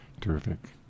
terrific